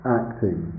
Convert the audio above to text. acting